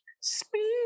speed